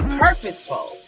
purposeful